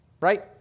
Right